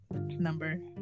number